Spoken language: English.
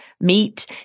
meat